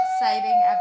exciting